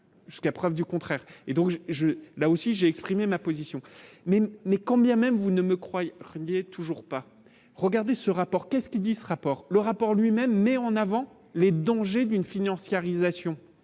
jusqu'à preuve du contraire, et donc je, je, là aussi, j'ai exprimé ma position mais, mais, quand bien même vous ne me croyez toujours pas regardez ce rapport, qu'est ce qu'il dit ce rapport, le rapport lui-même met en avant les dangers d'une financiarisation,